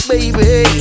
Baby